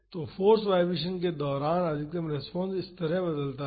तो force vibration के दौरान अधिकतम रेस्पॉन्स इस तरह बदलता है